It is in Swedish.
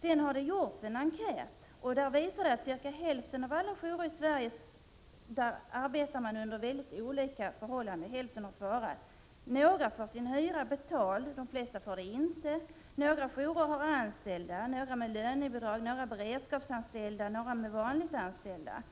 Det har gjorts en enkät, varvid hälften av jourerna har svarat. Det visar sig att man vid jourerna arbetar under mycket olika förhållanden. Några får sin hyra betald, men de flesta får det inte. Några jourer har anställda med lönebidrag, några har beredskapsanställda, några har vanligt anställda.